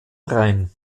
rhein